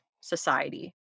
society